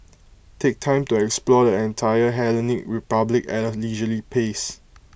take time to explore the entire Hellenic republic at A leisurely pace